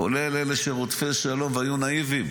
כולל אלה שהיו רודפי שלום והיו נאיביים.